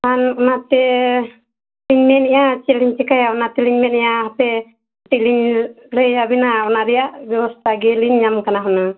ᱠᱷᱟᱱ ᱚᱱᱟᱛᱮ ᱤᱧ ᱢᱮᱱᱮᱫᱼᱟ ᱪᱮᱫ ᱞᱤᱧ ᱪᱮᱠᱟᱹᱭᱟ ᱚᱱᱟᱛᱮᱞᱤᱧ ᱢᱮᱱᱮᱫᱼᱟ ᱦᱟᱯᱮ ᱠᱟᱹᱴᱤᱡ ᱞᱤᱧ ᱞᱟᱹᱭᱟᱵᱮᱱᱟ ᱚᱱᱟᱨᱮᱭᱟᱜ ᱵᱮᱵᱚᱥᱛᱟ ᱜᱮᱞᱤᱧ ᱧᱟᱢ ᱠᱟᱱᱟ ᱦᱩᱱᱟᱹᱝ